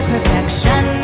Perfection